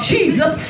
Jesus